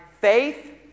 faith